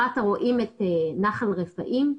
למטה רואים את נחל רפאים.